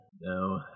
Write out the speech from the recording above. No